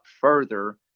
further